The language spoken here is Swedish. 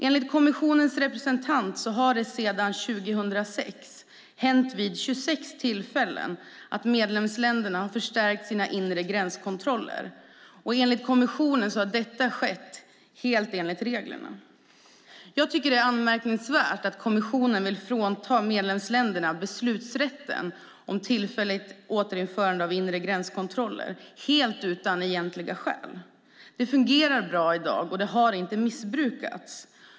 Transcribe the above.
Enligt kommissionens representant har det sedan 2006 hänt vid 26 tillfällen att medlemsländerna har förstärkt sina inre gränskontroller, och enligt kommissionen har detta skett helt enligt reglerna. Jag tycker att det är anmärkningsvärt att kommissionen vill frånta medlemsländerna beslutanderätten om tillfälligt återinförande av inre gränskontroller helt utan egentliga skäl. Det fungerar bra i dag, och det har inte missbrukats.